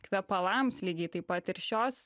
kvepalams lygiai taip pat ir šios